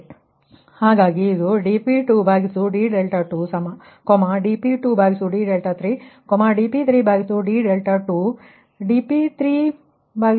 ಆದ್ದರಿಂದ ಇದು dp2d2 dp2d3 dp3d2 dp3d3 ಇದುd2 ಡೆಲ್ಟಾ d3 ಮತ್ತು ಈ p ವಾಸ್ತವವಾಗಿ ಪುನರಾವರ್ತನೆ ಎಣಿಕೆಗಾಗಿ